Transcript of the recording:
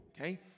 Okay